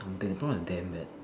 is damn bad